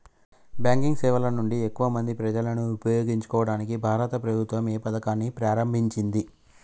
Banking సేవల నుండి ఎక్కువ మంది ప్రజలను ఉపయోగించుకోవడానికి భారత ప్రభుత్వం ఏ పథకాన్ని ప్రారంభించింది?